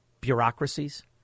bureaucracies